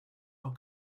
are